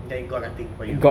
then got nothing for you